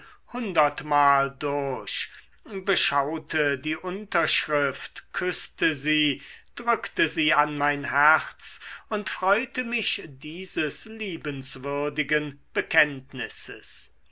hundertmal durch beschaute die unterschrift küßte sie drückte sie an mein herz und freute mich dieses liebenswürdigen bekenntnisses